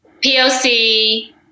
POC